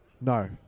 No